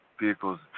vehicles